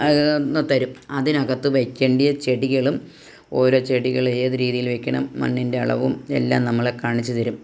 ന്നു തരും അതിനകത്ത് വെക്കണ്ടിയ ചെടികളും ഓരോ ചെടികൾ ഏത് രീതിയിൽ വെക്കണം മണ്ണിൻ്റെ അളവും എല്ലാം നമ്മളെ കാണിച്ച് തരും